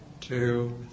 two